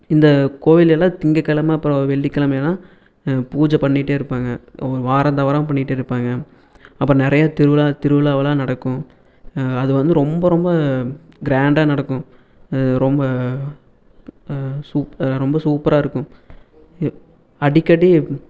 இந்த கோயிலெல்லாம் திங்க கிழம அப்புறோம் வெள்ளி கிழமயலாம் பூஜை பண்ணிகிட்டே இருப்பாங்க வாரந்தவறாமல் பண்ணிட்டே இருப்பாங்க அப்போ நிறைய திருவிழாவலாம் நடக்கும் அது வந்த ரொம்ப ரொம்ப க்ராண்டாக நடக்கும் ரொம்ப ரொம்ப சூப்பராக இருக்கும் அடிக்கடி